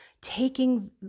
taking